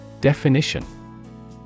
Definition